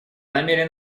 намерен